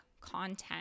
content